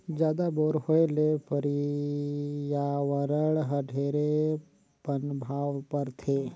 जादा बोर होए ले परियावरण ल ढेरे पनभाव परथे